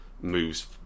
moves